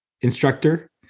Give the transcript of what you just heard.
instructor